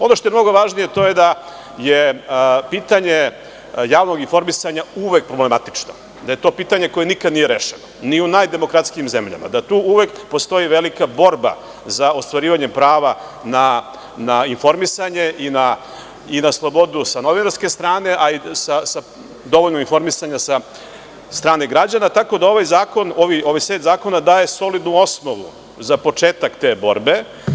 Ono što je mnogo važnije to je da je pitanje javnog informisanja uvek problematično, da je to pitanje koje nikada nije rešeno, ni u najdemokratskijim zemljama, da tu uvek postoji velika borba za ostvarivanja prava na informisanje i na slobodu sa novinarske strane, a i dovoljno informisanja sa strane građana, tako da ovaj set zakona daje solidnu osnovu za početak te borbe.